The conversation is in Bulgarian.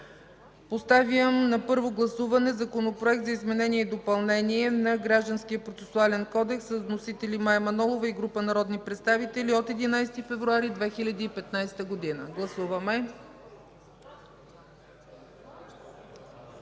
Поставям на първо гласуване Законопроект за изменение и допълнение на Гражданския процесуален кодекс с вносители Мая Манолова и група народни представители от 11 февруари 2015 г. Гласували